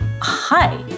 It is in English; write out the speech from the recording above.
Hi